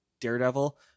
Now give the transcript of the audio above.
Daredevil